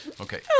Okay